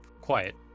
quiet